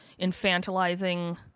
infantilizing